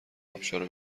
ابشار